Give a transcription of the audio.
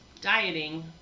dieting